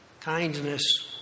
kindness